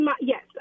yes